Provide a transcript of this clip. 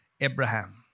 Abraham